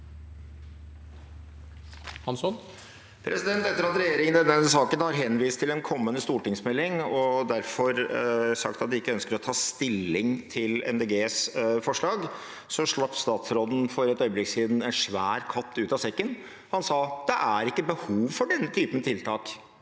regjer- ingen i denne saken har henvist til en kommende stortingsmelding og derfor sagt at de ikke ønsker å ta stilling til Miljøpartiet De Grønnes forslag, slapp statsråden for et øyeblikk siden en svær katt ut av sekken. Han sa at det ikke er behov for denne typen tiltak